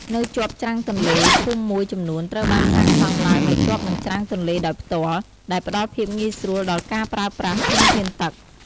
នៅជាប់ច្រាំងទន្លេ ភូមិមួយចំនួនត្រូវបានសាងសង់ឡើងនៅជាប់នឹងច្រាំងទន្លេដោយផ្ទាល់ ដែលផ្តល់ភាពងាយស្រួលដល់ការប្រើប្រាស់ធនធានទឹក។